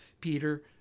Peter